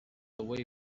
away